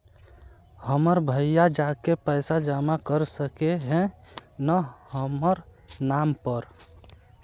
हमर भैया जाके पैसा जमा कर सके है न हमर नाम पर?